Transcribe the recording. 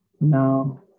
No